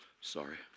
sorry